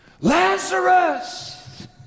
Lazarus